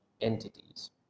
entities